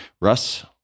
Russ